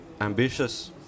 ambitious